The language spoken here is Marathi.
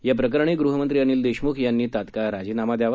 या प्रकरणी गृहमंत्री अनिल देशमुख यांनी तात्काळ राजीनामा द्यावा